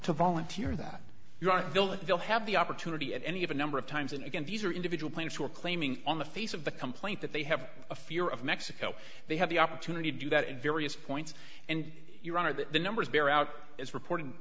to volunteer that you are still that they'll have the opportunity at any of a number of times and again these are individual players who are claiming on the face of the complaint that they have a fear of mexico they have the opportunity to do that at various points and your honor that the numbers bear out its reporting